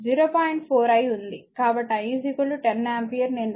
కాబట్టి I 10 ampere నేను వ్రాస్తున్నాను